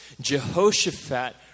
Jehoshaphat